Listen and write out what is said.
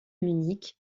munich